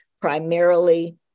primarily